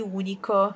unico